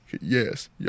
Yes